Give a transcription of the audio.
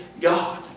God